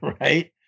right